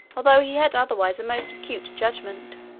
although he had otherwise a most acute judgment.